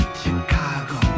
Chicago